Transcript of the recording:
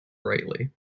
brightly